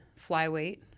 flyweight